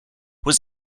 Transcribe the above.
was